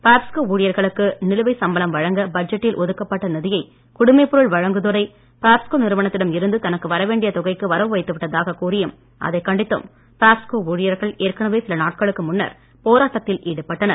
பாப்ஸ்கோ ஊழியர்களுக்கு நிலுவை சம்பளம் வழங்க பட்ஜெட்டில் ஒதுக்கப்பட்ட நிதியை குடிமைப்பொருள் வழங்குதுறை பாப்ஸ்கோ நிறுவனத்திடம் இருந்து தனக்கு வரவேண்டிய தொகைக்கு வரவு வைத்துவிட்டதாக கூறியும் அதை கண்டித்தும் பாப்ஸ்கோ ஊழியர்கள் ஏற்கனவே சில நாட்களுக்கு முன்னர் போராட்டத்தில் ஈடுபட்டனர்